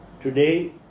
Today